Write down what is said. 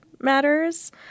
matters